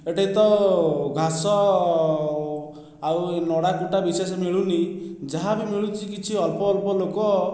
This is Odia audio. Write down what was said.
ଏଠି ତ ଘାସ ଆଉ ନଡ଼ା କୁଟା ବିଶେଷ ମିଳୁନାହିଁ ଯାହାବି ମିଳୁଛି କିଛି ଅଳ୍ପ ଅଳ୍ପ ଲୋକ